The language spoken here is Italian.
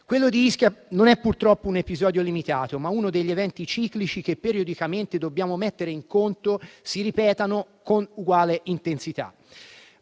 Quello di Ischia non è purtroppo un episodio limitato, ma è uno degli eventi ciclici che periodicamente dobbiamo mettere in conto che si ripetano con uguale intensità.